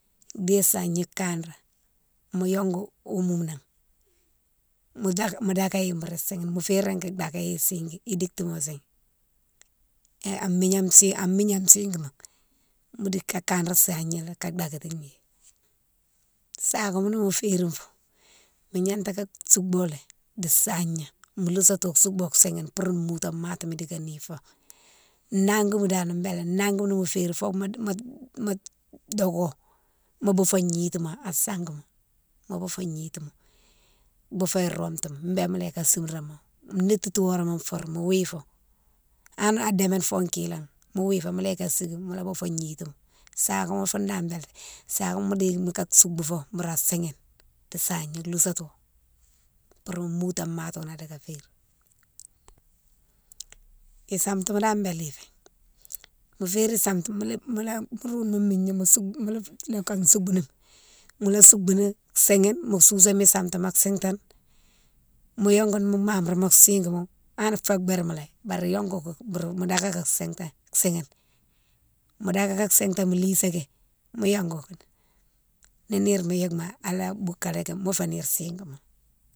Dé sahigna kanré mo yongou omou nan, mo-mo dakaghi boure sighine, mofé régui dakaghi isihine, iditima sighe, an migna siguima mo dik ka kanré sagnima ka dakatighi. Sakama nimo férine fo mo gnata ka soubou lé di sahigna, mo lousato soubou sihine pour moutone matina dika nifou. Nanguima dane bélé, nanguima nimo férine dogo, mo boufo gnitima an sanguima. mo boufo gnitima, boufo romtouma bé mola yike asimramo, nititi horé ma foure, mo wifo, hanna démane fo ki lan mo wifo mola yike a siguime mola boufo gnitima. Sagama foune dane bélé, sagama mo déye mo ka soubou fo boura sihine, di sahigna lousato bourou moutone matone dika férine. isantima dane bélé fé, mo férine santima, mola mo roumi migna mo soubouni, mo loh ka soubini mola soubouni sihine mo souséni santima sintane, mo yongou mo mabrama sikima hanne fé birmalé bare yongougou boure mo dakaké sintane sihine. Mo dakaké sintane mo lisaki, mo yongougou, ni nire ma yike mone ala boukalé mo fé nire siguima lé.